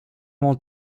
m’en